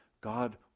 God